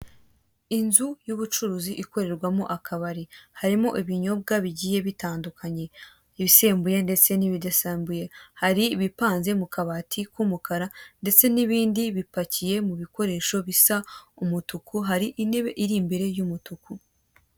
Inzu y'ubucurizi ikorerwamo akabari harimo ibinyobwa bigiye bitandukanye ibisembuye n'ibadasumbuye, hari ibipasembuye n'ibidasembuye mu kabati k'umukara ndetse n'ibindi pakiye